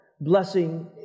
blessing